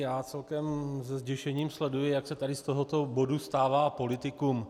Já celkem se zděšením sleduji, jak se tady z tohoto bodu stává politikum.